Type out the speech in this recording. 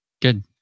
Good